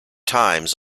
times